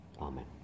Amen